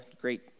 great